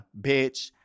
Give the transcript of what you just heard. bitch